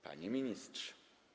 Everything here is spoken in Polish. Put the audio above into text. Panie Ministrze!